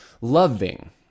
loving